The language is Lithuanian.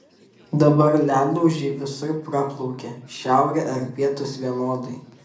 dabar ledlaužiai visur praplaukia šiaurė ar pietūs vienodai